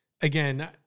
again